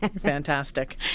fantastic